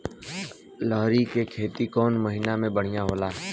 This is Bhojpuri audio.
लहरी के खेती कौन महीना में बढ़िया होला?